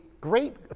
great